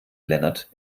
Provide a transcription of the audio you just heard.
lennart